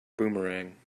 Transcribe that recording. boomerang